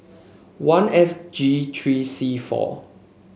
one F G three C four